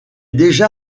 déjà